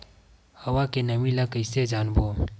हवा के नमी ल कइसे जानबो?